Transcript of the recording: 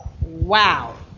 Wow